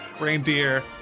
reindeer